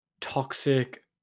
toxic